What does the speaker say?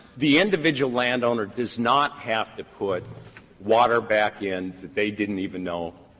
the individual landowner does not have to put water back in that they didn't even know